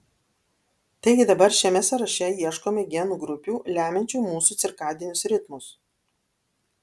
taigi dabar šiame sąraše ieškome genų grupių lemiančių mūsų cirkadinius ritmus